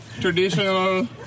traditional